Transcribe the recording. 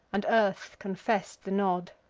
and earth confess'd the nod.